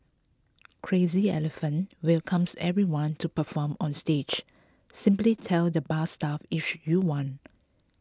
Crazy Elephant welcomes everyone to perform on stage simply tell the bar staff if you want